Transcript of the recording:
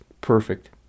perfect